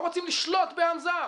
לא רוצים לשלוט בעם זר,